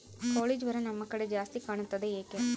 ಕೋಳಿ ಜ್ವರ ನಮ್ಮ ಕಡೆ ಜಾಸ್ತಿ ಕಾಣುತ್ತದೆ ಏಕೆ?